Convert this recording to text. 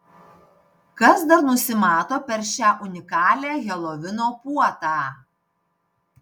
kas dar nusimato per šią unikalią helovino puotą